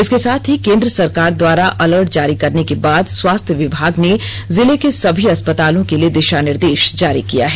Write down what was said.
इसके साथ ही केंद्र सरकार द्वारा अलर्ट जारी करने के बाद स्वास्थ्य विभाग ने जिले के सभी अस्पतालों के लिए दिषा निर्देश जारी किया है